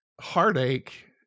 heartache